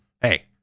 Hey